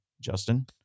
Justin